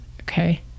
okay